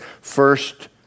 first